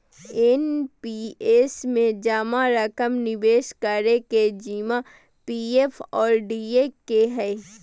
NPS में जमा रकम निवेश करे के जिम्मा पी.एफ और डी.ए के हइ